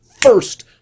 first